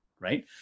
right